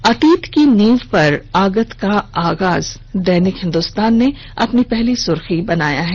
अतीत की नींव पर आगत का आगाज दैनिक हिंदुस्तान ने अपनी पहली सुर्खी बनाया है